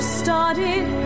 started